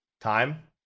Time